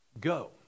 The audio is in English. go